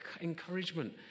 encouragement